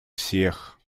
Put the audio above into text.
всех